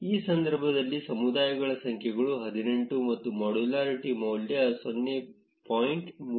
ಈ ಸಂದರ್ಭದಲ್ಲಿ ಸಮುದಾಯಗಳ ಸಂಖ್ಯೆಗಳು 18 ಮತ್ತು ಮಾಡ್ಯುಲಾರಿಟಿ ಮೌಲ್ಯ 0